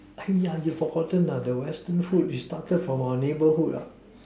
!aiya! you forgotten the Western food is started from our neighborhood ah